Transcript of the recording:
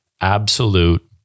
absolute